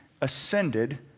ascended